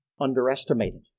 underestimated